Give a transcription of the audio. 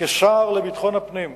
כשר לביטחון הפנים הנני,